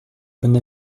bonne